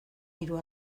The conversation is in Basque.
hiru